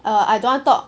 I don't want talk